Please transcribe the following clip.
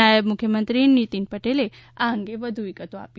નાયબ મુખ્યમંત્રી નીતિન પટેલે આ અંગે વધુ વિગતો આપી